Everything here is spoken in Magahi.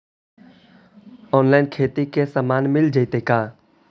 औनलाइन खेती के सामान मिल जैतै का?